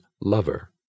lover